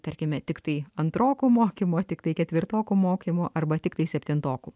tarkime tiktai antrokų mokymo tiktai ketvirtokų mokymo arba tiktai septintokų